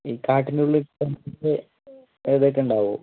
ഈ കാട്ടിൻ്റെ ഉള്ളിൽ ഉണ്ടാവുമോ